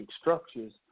structures